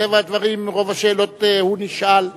מטבע הדברים, רוב השאלות, הוא נשאל.